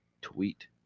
tweet